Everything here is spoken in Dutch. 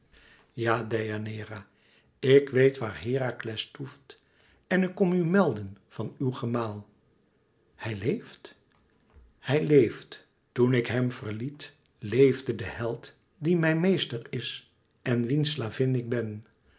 ja deianeira ik weet waar herakles toeft en ik kom u mèlden van uw gemaal hij leeft hij leeft toen ik hem verliet leefde de held die mijn meester is en wiens slavin ik ben